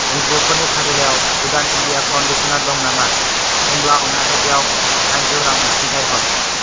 N G O फोरनि फारिलाइयाव Udan India फाउन्डेसना दं नामा दंब्ला अन्नानै बेयाव दाइनजौ रां अनसुंथाइ हर